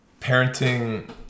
parenting